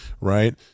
right